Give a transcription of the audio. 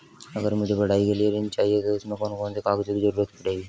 अगर मुझे पढ़ाई के लिए ऋण चाहिए तो उसमें कौन कौन से कागजों की जरूरत पड़ेगी?